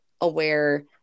aware